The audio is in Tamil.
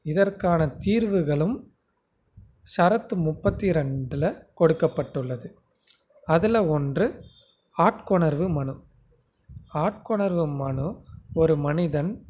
இதற்கான தீர்வுகளும் ஷரத்து முப்பத்தி ரெண்டில் கொடுக்கப்பட்டுள்ளது அதில் ஒன்று ஆட்கொணர்வு மனு ஆட்கொணர்வு மனு ஒரு மனிதன்